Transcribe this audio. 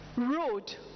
road